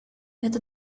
это